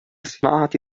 صناعة